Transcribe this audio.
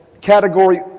category